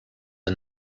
the